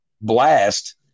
blast